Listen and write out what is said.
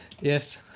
Yes